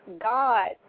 God